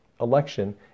election